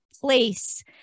place